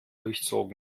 durchzogen